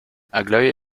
aglaé